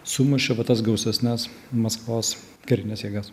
sumušė va tas gausesnes maskvos karines jėgas